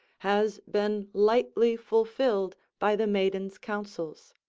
has been lightly fulfilled by the maiden's counsels.